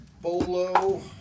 Bolo